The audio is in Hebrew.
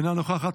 אינה נוכחת,